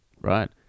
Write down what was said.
Right